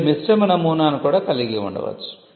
మీరు మిశ్రమ నమూనాను కూడా కలిగి ఉండవచ్చు